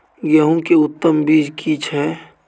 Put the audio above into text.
गेहूं के उत्तम बीज की छै?